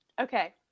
okay